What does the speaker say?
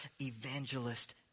evangelist